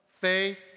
faith